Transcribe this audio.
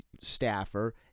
staffer